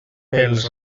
pels